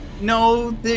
No